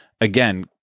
again